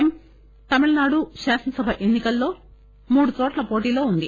ఎమ్ తమిళనాడు శాసనసభ ఎన్ని కల్లో మూడు చోట్ల పోటీలో వుంది